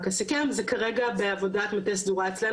אני מקווה שבחודשים הקרובים אפשר יהיה להעמיד